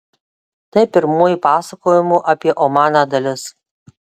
tai pirmoji pasakojimo apie omaną dalis